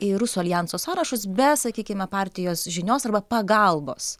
į rusų aljanso sąrašus be sakykime partijos žinios arba pagalbos